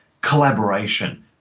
Collaboration